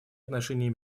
отношений